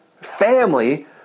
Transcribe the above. family